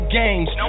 games